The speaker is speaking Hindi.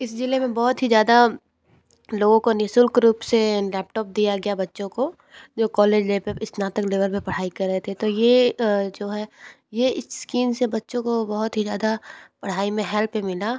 इस ज़िले में बहुत ही ज़्यादा लोगों को निःशुल्क रूप से लैपटॉप दिया गया बच्चों को जो कॉलेज ले पर स्नातक लेवल पर पढ़ाई कर रहे थे तो यह जो है यह इस स्कीम से बच्चों को बहुत ही ज़्यादा पढ़ाई में हेल्प मिला